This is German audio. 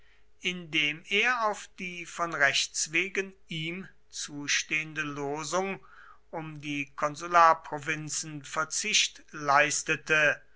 indem er auf die von rechts wegen ihm zustehende losung um die konsularprovinzen verzicht leistete